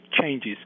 changes